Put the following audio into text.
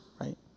right